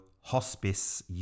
Hospice